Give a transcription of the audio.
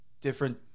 different